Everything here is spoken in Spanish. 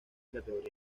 categorías